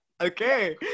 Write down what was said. Okay